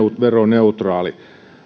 veroneutraali